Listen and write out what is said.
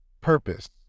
purpose